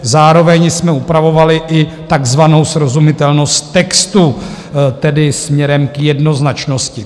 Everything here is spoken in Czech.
Zároveň jsme upravovali i takzvanou srozumitelnost textu, tedy směrem k jednoznačnosti.